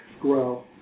grow